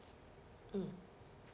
mm